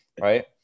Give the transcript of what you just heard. right